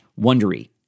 Wondery